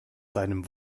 seinem